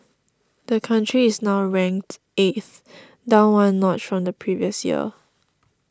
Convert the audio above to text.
the country is now ranked eighth down one notch from the previous year